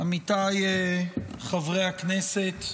עמיתיי חברי הכנסת,